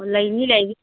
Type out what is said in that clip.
ꯂꯩꯅꯤ ꯂꯩꯅꯤ